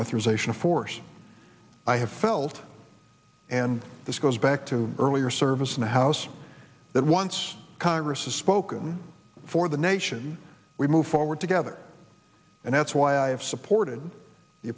authorization of force i have felt and this goes back to earlier service in the house that once congress has spoken for the nation we move forward together and that's why i have supported the